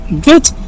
good